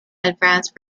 advanced